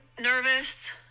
nervous